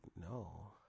no